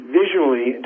visually